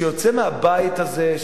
שיוצא מהבית הזה,